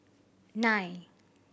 nine